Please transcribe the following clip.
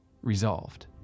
Resolved